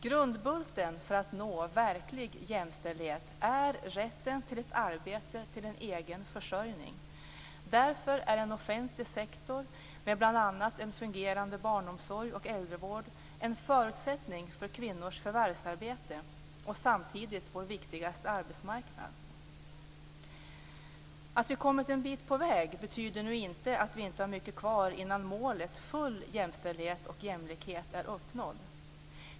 Grundbulten för att nå verklig jämställdhet är rätten till ett arbete - till en egen försörjning. Därför är en offentlig sektor, med bl.a. en fungerande barnomsorg och äldrevård, en förutsättning för kvinnors förvärvsarbete och samtidigt vår viktigaste arbetsmarknad. Att vi kommit en bit på väg betyder nu inte att vi inte har mycket kvar innan målet full jämställdhet och jämlikhet är uppnått.